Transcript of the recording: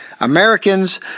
Americans